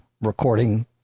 recording